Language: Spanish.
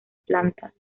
plantas